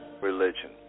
religion